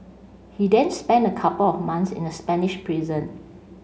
he then spent a couple of months in a Spanish prison